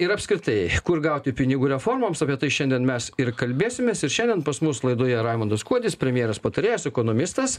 ir apskritai kur gauti pinigų reformoms apie tai šiandien mes ir kalbėsimės ir šiandien pas mus laidoje raimundas kuodis premjeras patarėjas ekonomistas